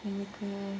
இன்னும் கூட:innum kuda